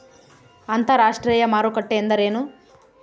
ಅಂತರಾಷ್ಟ್ರೇಯ ಮಾರುಕಟ್ಟೆ ಎಂದರೇನು?